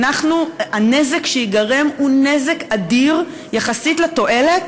הנזק שייגרם הוא נזק אדיר יחסית לתועלת,